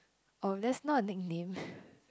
oh that's not a nickname